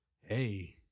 hey